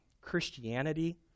Christianity